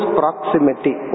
proximity